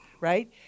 right